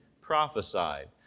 prophesied